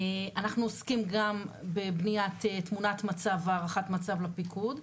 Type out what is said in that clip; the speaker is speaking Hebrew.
אנחנו עוסקים גם בבניית תמונת מצב והערכת מצב לפיקוד,